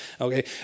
okay